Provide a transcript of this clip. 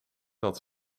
dat